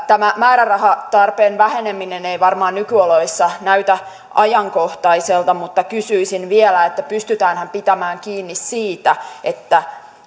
tämä määrärahatarpeen väheneminen ei varmaan nykyoloissa näytä ajankohtaiselta mutta kysyisin vielä pystytäänhän pitämään kiinni siitä että